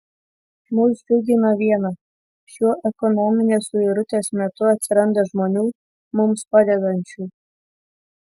mus džiugina viena šiuo ekonominės suirutės metu atsiranda žmonių mums padedančių